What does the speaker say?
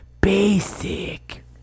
Basic